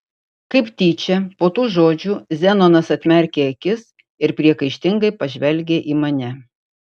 kaip tyčia po tų žodžių zenonas atmerkė akis ir priekaištingai pažvelgė į mane